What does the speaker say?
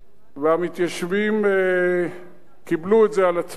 והמתיישבים קיבלו את זה על עצמם,